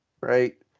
right